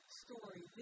story